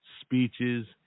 speeches